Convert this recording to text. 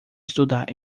estudar